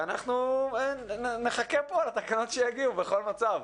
ואנחנו נחכה פה לתקנות שיגיעו בכל מצב.